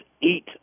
eat